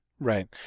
Right